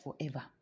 forever